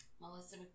Melissa